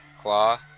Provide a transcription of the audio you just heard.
Claw